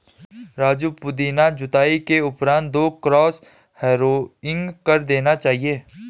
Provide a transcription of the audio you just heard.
राजू पुदीना जुताई के उपरांत दो क्रॉस हैरोइंग कर देना चाहिए